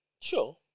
Sure